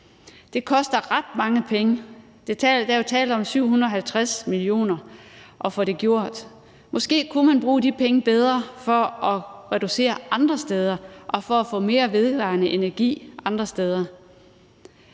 Det koster ret mange penge at få det gjort – der er jo tale om 750 mio. kr. Måske kunne man bruge de penge bedre på at reducere andre steder og på at få mere vedvarende energi andre steder.